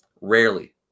rarely